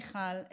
מיכל,